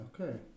Okay